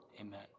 amen